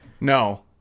No